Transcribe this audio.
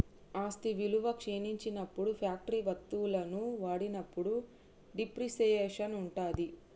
ఆస్తి విలువ క్షీణించినప్పుడు ఫ్యాక్టరీ వత్తువులను వాడినప్పుడు డిప్రిసియేషన్ ఉంటది